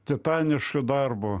titanišku darbu